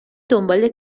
دنبال